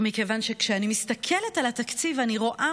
מכיוון שכשאני מסתכלת על התקציב אני רואה